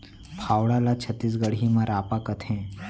फावड़ा ल छत्तीसगढ़ी म रॉंपा कथें